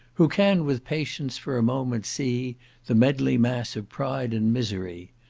who can, with patience, for a moment see the medley mass of pride and misery,